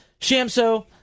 Shamso